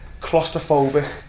claustrophobic